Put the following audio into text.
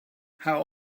how